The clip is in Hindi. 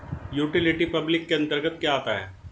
यूटिलिटी पब्लिक के अंतर्गत क्या आता है?